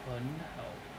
很好